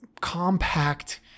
compact